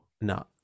No